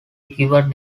given